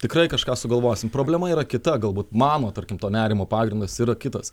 tikrai kažką sugalvosim problema yra kita galbūt mano tarkim to nerimo pagrindas yra kitas